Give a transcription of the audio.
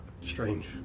strange